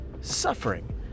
suffering